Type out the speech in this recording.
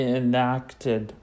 enacted